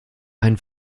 ein